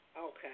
Okay